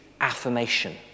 affirmation